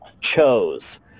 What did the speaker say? chose